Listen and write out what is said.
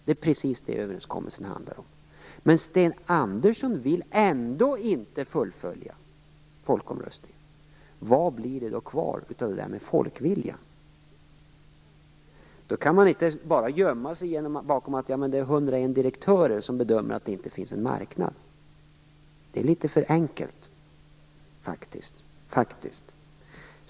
Det är precis det överenskommelsen handlar om. Men Sten Andersson vill ändå inte fullfölja folkomröstningens beslut. Vad blir det då kvar av det där med folkviljan? Man kan inte gömma sig bakom att det är 101 direktörer som bedömer att det inte finns någon marknad. Det är litet för enkelt, faktiskt.